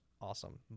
awesome